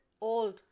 old